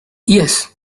yes